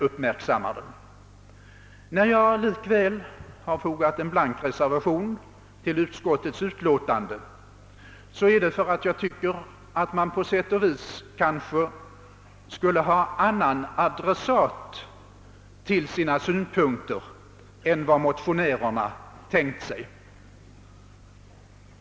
Anledningen till att jag likväl har fogat en blank reservation till utskottets utlåtande är den att jag tycker att det på sätt och vis borde ha varit andra adressater i fråga om synpunkterna än vad motionärerna tänkt sig.